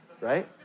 right